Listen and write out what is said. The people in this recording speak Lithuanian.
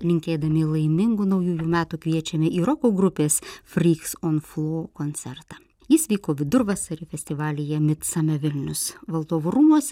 linkėdami laimingų naujųjų metų kviečiame į roko grupės fryks on flo koncertą jis vyko vidurvasarį festivalyje mid same vilnius valdovų rūmuose